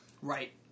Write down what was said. Right